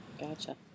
Gotcha